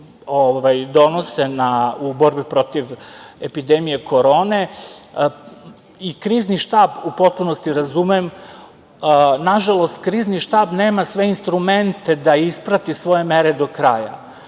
donose u borbi protiv epidemije korone i Krizni štab u potpunosti razumem. Nažalost, Krizni štab nema sve instrumente da isprati svoje mere do kraja.